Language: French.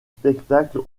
spectacles